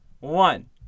one